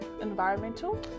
environmental